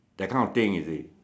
that kind of thing you see